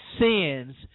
sins